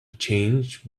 changed